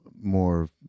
more